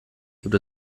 gibt